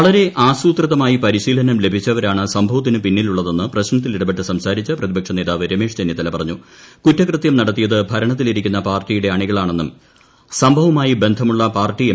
വളരെ ആസൂത്രിതമായി പരിശ്ചീലനം ലഭിച്ചവരാണ് സംഭവത്തിന് പിന്നിലുള്ളതെന്ന് ചർച്ചയിൽ ഇടപെട്ട് പ്രി സംസാരിച്ച പ്രതിപക്ഷ നേതാവ് രമേശ് ചെന്നിത്തല പറഞ്ഞു കുറ്റകൃത്യം നടത്തിയത് ഭരണത്തിലിരിക്കുന്ന പാർട്ടിയുടെ അണികളാണെന്നും സംഭവവുമായി ബന്ധമുള്ള പഴിപ്പി എം